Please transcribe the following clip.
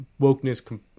wokeness